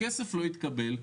הכסף לא התקבל.